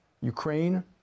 Ukraine